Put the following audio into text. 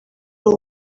ubu